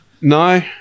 No